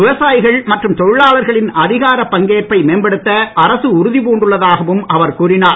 விவசாயிகள் மற்றும் தொழிலாளர்களின் அதிகாரப் பங்கேற்பை மேம்படுத்த அரசு உறுதிப் பூண்டுள்ளதாகவும் அவர் கூறினார்